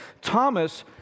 Thomas